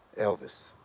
Elvis